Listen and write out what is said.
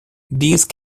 these